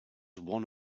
one